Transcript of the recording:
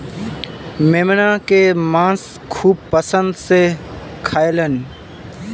मेमना के मांस खूब पसंद से खाएलन